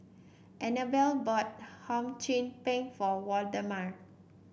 Anabelle bought Hum Chim Peng for Waldemar